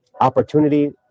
opportunity